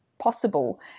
Possible